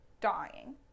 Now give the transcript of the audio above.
dying